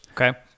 Okay